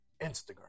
Instagram